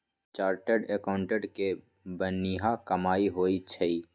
chartered accountant के बनिहा कमाई होई छई